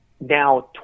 now